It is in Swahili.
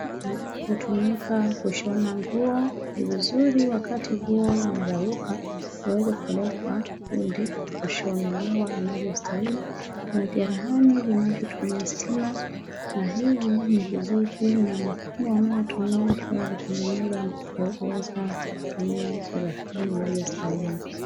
Cherahani hutumika kushona nguo. Ni vizuri wakati nguo limeraruka liweze kupeleka kwa fundi kushonewa inavyostahili. Kuna vyarahani vinavyotumia stima na hivi ni vizuri na mafundi wanaotumia juu ya kutengeneza nguo waweze kutumia cherahani inavyostahili.